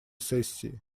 сессии